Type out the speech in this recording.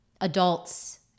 adults